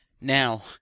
Now